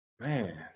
Man